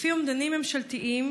לפי אומדנים ממשלתיים,